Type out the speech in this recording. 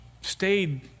stayed